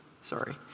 Sorry